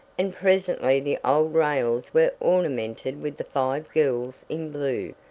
and presently the old rails were ornamented with the five girls in blue,